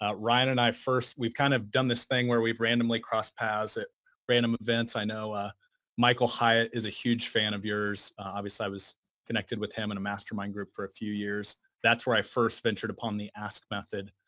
ryan and i first, we've kind of done this thing where we've randomly cross paths at random events. i know ah michael hyatt is a huge fan of yours. obviously, i was connected with him in a mastermind group for a few years. that's where i first ventured upon the ask method.